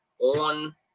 on